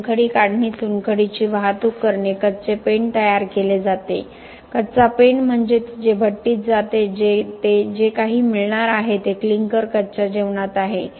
चुनखडी काढणे चुनखडीची वाहतूक करणे कच्चे पेंड तयार केले जाते कच्चा पेंड म्हणजे जे भट्टीत जाते ते जे काही मिळणार आहे ते क्लिंकर कच्या जेवणात आहे